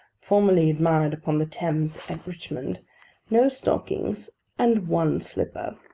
formerly admired upon the thames at richmond no stockings and one slipper.